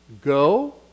Go